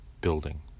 building